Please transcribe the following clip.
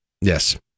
Yes